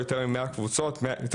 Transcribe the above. יש יותר מ-120 קבוצות,